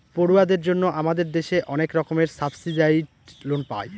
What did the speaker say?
পড়ুয়াদের জন্য আমাদের দেশে অনেক রকমের সাবসিডাইসড লোন পায়